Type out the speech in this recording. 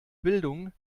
bildung